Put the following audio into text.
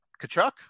Kachuk